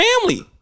family